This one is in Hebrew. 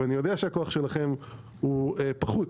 ואני יודע שהכוח שלכם הוא פחות.